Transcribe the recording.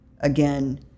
again